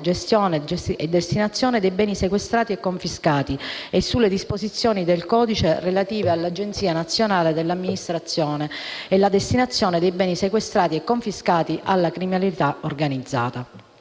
gestione e destinazione dei beni sequestrati e confiscati e sulle disposizioni del codice relative all'Agenzia nazionale per l'amministrazione e la destinazione dei beni sequestrati e confiscati alla criminalità organizzata.